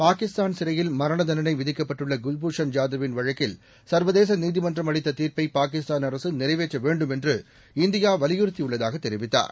பாகிஸ்தான் சிறையில் மரணதண்டனைவிதிக்கப்பட்டுள்ளகுல்பூஷன் ஜாதவ்வின் வழக்கில் சர்வதேசநீதிமன்றம் அளித்ததீர்ப்பைபாகிஸ்தான் அரசுநிறைவேற்றவேண்டும் என்று இந்தியாவலியுறுத்தியுள்ளதாகதெரிவித்தார்